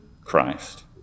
Christ